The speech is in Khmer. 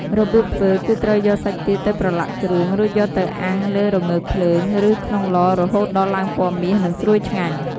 របៀបធ្វើគឺត្រូវយកសាច់ទាទៅប្រឡាក់គ្រឿង រួចយកទៅអាំងលើរងើកភ្លើង ឬក្នុងឡរហូតដល់ឡើងពណ៌មាស និងស្រួយឆ្ងាញ់។